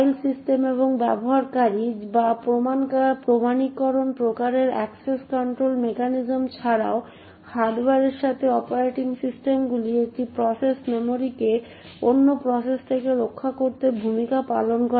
file system এবং ব্যবহারকারী বা প্রমাণীকরণের প্রকারের অ্যাক্সেস কন্ট্রোল মেকানিজম ছাড়াও হার্ডওয়্যারের সাথে অপারেটিং সিস্টেমগুলিও একটি প্রসেস মেমরিকে অন্য প্রসেস থেকে রক্ষা করতে ভূমিকা পালন করে